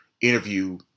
Interview